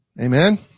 Amen